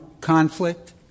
conflict